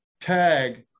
tag